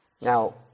Now